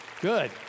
Good